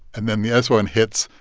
and then the s one hits,